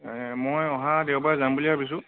মই অহা দেওবাৰে যাম বুলি ভাবিছোঁ